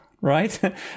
right